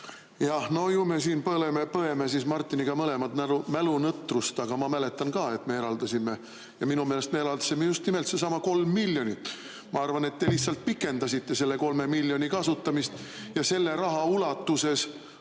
No ju me siis põeme Martiniga mõlemad mälunõtrust. Aga ma mäletan ka, et me eraldasime, ja minu meelest me eraldasime just nimelt sellesama 3 miljonit. Ma arvan, et te lihtsalt pikendasite selle 3 miljoni kasutamist, ja selle raha ulatuses